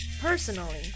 Personally